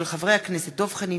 הצעתם של חברי הכנסת דב חנין,